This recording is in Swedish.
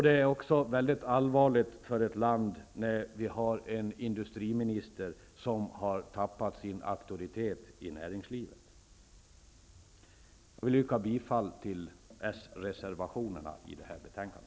Det är också mycket allvarligt för landet när vi har en industriminister som har tappat sin auktoritet i näringslivet. Jag vill yrka bifall till s-reservationerna i detta betänkande.